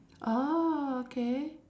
ah okay